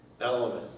element